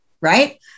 Right